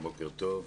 בוקר טוב.